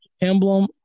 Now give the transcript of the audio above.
emblem